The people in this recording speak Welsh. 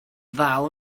ddal